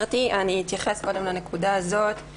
אני אתייחס לנקודה שחברתי